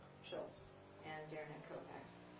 schultz and derenak-kaufax.